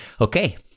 okay